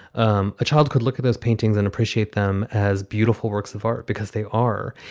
um a child could look at those paintings and appreciate them as beautiful works of art because they are.